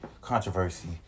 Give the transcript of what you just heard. Controversy